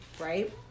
right